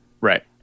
Right